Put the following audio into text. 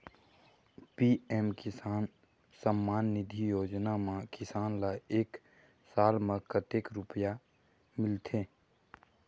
PM Kisan Samman Nidhi योजना म किसान ल एक साल म कतेक रुपिया मिलथे?